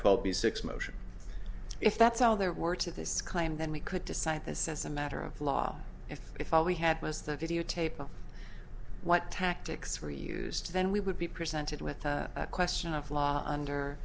twelve b six motion if that's all there were to this claim then we could decide this as a matter of law if if all we had was that videotape of what tactics were used then we would be presented with a question of law under